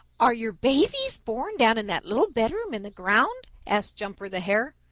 are your babies born down in that little bedroom in the ground? asked jumper the hare.